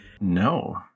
No